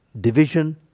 Division